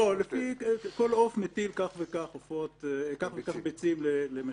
לא, כל עוף מטיל כך וכך ביצים לתקופה.